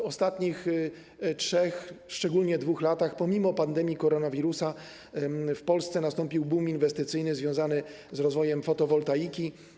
W ostatnich 3, a szczególnie w ostatnich 2 latach, pomimo pandemii koronawirusa w Polsce nastąpił bum inwestycyjny związany z rozwojem fotowoltaiki.